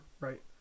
right